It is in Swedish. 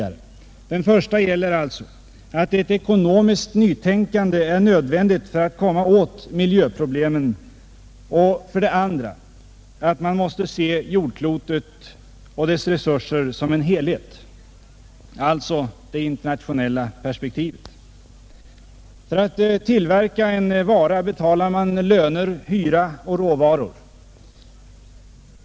För det första är ett ekonomiskt nytänkande nödvändigt för att komma åt miljöproblemen. För det andra måste man se jordklotet och dess resurser som en helhet — det internationella perspektivet. För att tillverka en vara betalar man löner, hyra och råvaror.